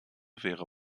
wäre